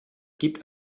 gibt